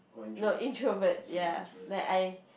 no introvert ya like I